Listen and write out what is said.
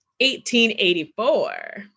1884